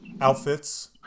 outfits